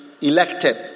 elected